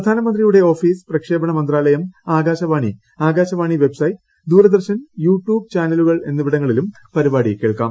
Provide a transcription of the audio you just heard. പ്രധാനമന്ത്രിയുടെ ഓഫീസ് പ്രക്ഷേപണ മന്ത്രാലയം Akashvani Akashvani website Doordarshan YouTube ചാനലുകൾ എന്നിവിടങ്ങളിലും പരിപാടി കേൾക്കാം